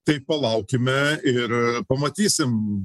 tai palaukime ir pamatysim